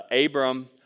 Abram